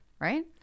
right